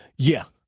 yeah.